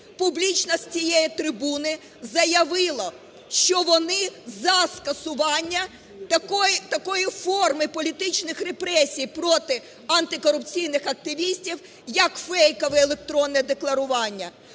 публічно з цієї трибуни заявило, що вони за скасування такої форми політичних репресій проти антикорупційних активістів як фейкове електронне декларування.